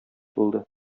булды